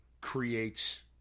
creates